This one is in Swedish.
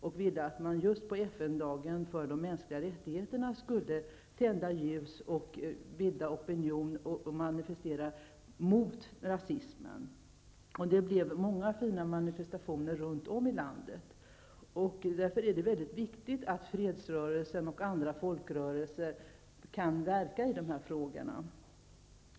De ville att man just på FN-dagen för de mänskliga rättigheterna skulle tända ljus, bilda opinion och manifestera mot rasismen. Det blev många fina manifestationer runt om i landet. Därför är det mycket viktigt att fredsrörelsen och andra folkrörelser kan verka i dessa frågor.